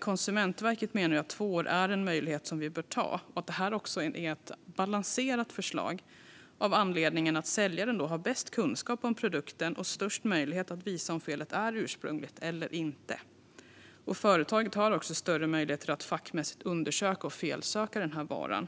Konsumentverket menar att två år är en möjlighet som vi bör ta och att det är ett balanserat förslag av den anledningen att säljaren har bäst kunskap om produkten och störst möjlighet att visa om felet är ursprungligt eller inte. Företaget har också större möjligheter att fackmässigt undersöka och felsöka varan.